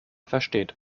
versteht